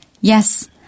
Yes